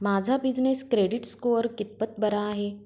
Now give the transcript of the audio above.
माझा business credit score कितपत बरा आहे?